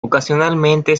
ocasionalmente